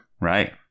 Right